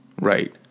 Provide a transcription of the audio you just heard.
Right